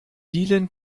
dielen